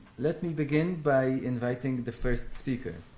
let me begin by inviting the first speaker.